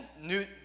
new